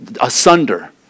asunder